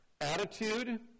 attitude